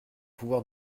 pouvoir